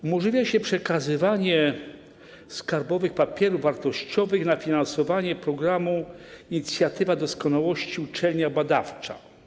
Umożliwia się przekazywanie skarbowych papierów wartościowych na finansowanie programu „Inicjatywa doskonałości - uczelnia badawcza”